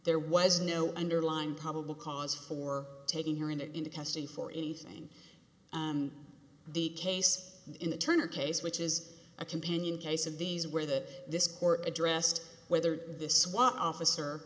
there was no underlying probable cause for taking her in into custody for anything the case in the turner case which is a companion case of these where that this court addressed whether this swat officer